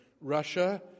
Russia